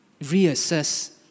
reassess